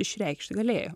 išreikšt galėjo